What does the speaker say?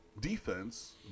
Defense